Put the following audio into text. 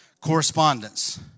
correspondence